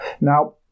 Now